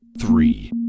three